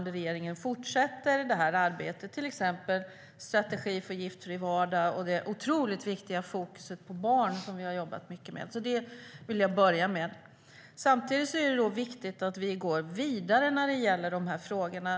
Det gäller till exempel strategi för en giftfri vardag och det otroligt viktiga fokuset på barn, som vi har jobbat mycket med. Samtidigt är det viktigt att vi går vidare när det gäller dessa frågor.